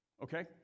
Okay